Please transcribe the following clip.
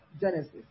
Genesis